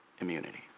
immunity